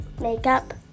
Makeup